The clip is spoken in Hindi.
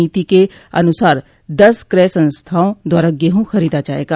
नीति के अनुसार दस कय संस्थाओं द्वारा गेहूं खरीदा जायेगा